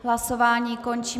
Hlasování končím.